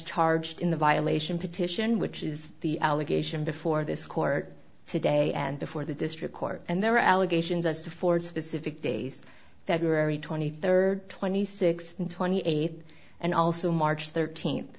charged in the violation petition which is the allegation before this court today and before the district court and there are allegations as to ford specific days february twenty third twenty six twenty eight and also march thirteenth